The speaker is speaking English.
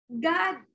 God